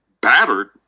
battered